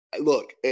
Look